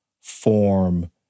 form